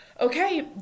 okay